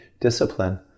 discipline